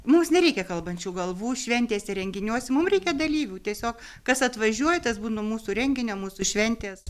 mums nereikia kalbančių galvų šventėse renginiuose mum reikia dalyvių tiesiog kas atvažiuoja tas būna mūsų renginio mūsų šventės